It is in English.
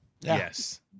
yes